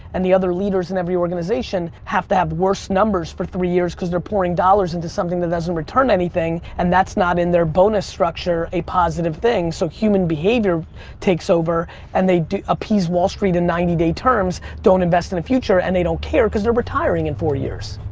and the other leaders in every organization have to have worse numbers for three years cause they're pouring dollars into something that doesn't return anything and that's not in their bonus structure a positive thing so human behavior takes over and they appease wall street in ninety day terms, don't invest in the future and they don't care cause they're retiring in four years.